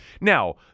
Now